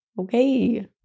okay